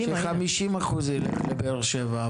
אני מוכן ש-50% ילך לבאר שבע,